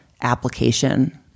application